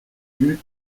lut